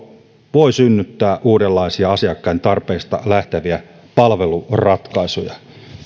voi synnyttää uudenlaisia asiakkaiden tarpeista lähteviä palveluratkaisuja